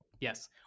Yes